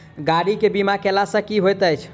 गाड़ी केँ बीमा कैला सँ की होइत अछि?